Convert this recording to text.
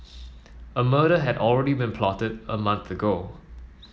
a murder had already been plotted a month ago